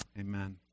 amen